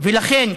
ולכן,